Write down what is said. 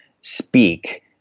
speak